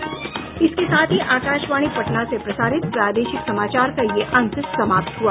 इसके साथ ही आकाशवाणी पटना से प्रसारित प्रादेशिक समाचार का ये अंक समाप्त हुआ